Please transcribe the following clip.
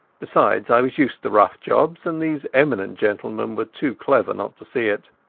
besides, i was used to rough jobs, and these eminent gentlemen were too clever not to see it.